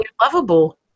lovable